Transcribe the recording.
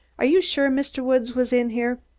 are you sure mr. woods was in here?